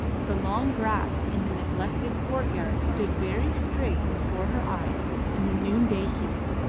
the long grass in the neglected courtyard stood very straight before her eyes in the noonday heat.